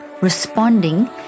responding